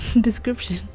description